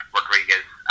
Rodriguez